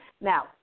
Now